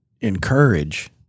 encourage